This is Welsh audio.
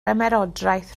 ymerodraeth